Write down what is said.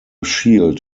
shield